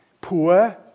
Poor